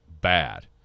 Bad